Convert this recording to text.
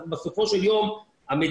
אז בסופו של יום המדינה,